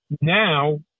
Now